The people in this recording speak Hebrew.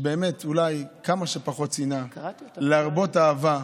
שבאמת אולי כמה שפחות שנאה, להרבות אהבה,